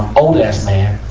old-ass man,